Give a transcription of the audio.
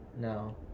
No